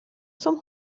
zum